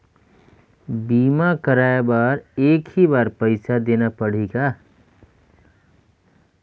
बीमा कराय बर एक ही बार पईसा देना पड़ही का?